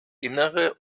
innere